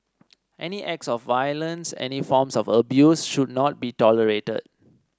any acts of violence any forms of abuse should not be tolerated